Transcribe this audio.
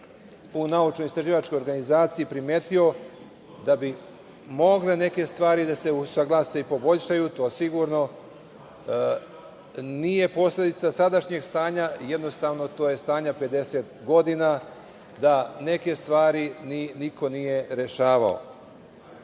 u naučno-istraživačkoj organizaciji primetio da bi mogle neke stvari da se usaglase i poboljšaju, to sigurno nije posledica sadašnjeg stanja, jednostavno, to je stanje 50 godina, da neke stvari niko nije rešavao. Moja